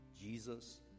Jesus